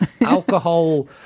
alcohol